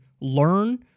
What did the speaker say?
learn